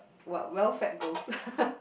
we~ well fed ghost